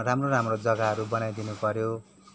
राम्रो राम्रो जग्गाहरू बनाइदिन पऱ्यो